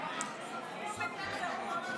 סופר את הקולות עכשיו,